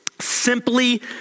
Simply